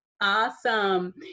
Awesome